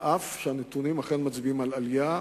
אף-על-פי שהנתונים אכן מצביעים על עלייה,